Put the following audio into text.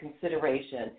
consideration